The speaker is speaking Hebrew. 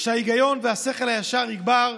שההיגיון והשכל הישר יגברו,